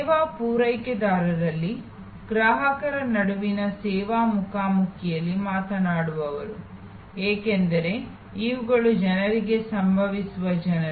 ಸೇವಾ ಪೂರೈಕೆದಾರರಲ್ಲಿ ಗ್ರಾಹಕರ ನಡುವಿನ ಸೇವಾ ಮುಖಾಮುಖಿಯಲ್ಲಿ ಮಾತನಾಡುವವರು ಏಕೆಂದರೆ ಇವುಗಳು ಜನರಿಗೆ ಸಂಭವಿಸುವ ಜನರು